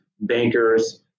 bankers